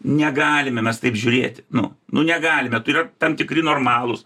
negalime mes taip žiūrėti nu nu negalime turi tam tikri normalūs